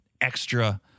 extra